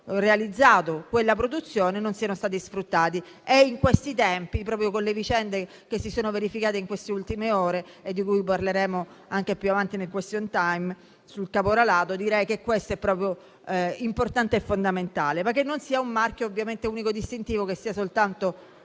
realizzato quella produzione non sono stati sfruttati. E di questi tempi, proprio con le vicende che si sono verificate in queste ultime ore e di cui parleremo durante il *question time* sul caporalato, direi che questo è proprio importante e fondamentale. Occorre però che il marchio unico distintivo non sia soltanto